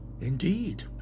Indeed